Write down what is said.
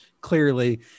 clearly